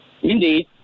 Indeed